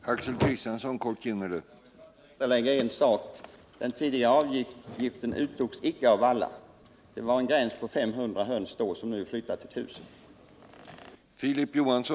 Herr talman! Jag vill bara tillrättalägga en sak. Den tidigare avgiften uttogs inte av alla. Det fanns då en nedre gräns på 500 höns, och den är nu flyttad till 1000 höns.